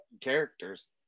characters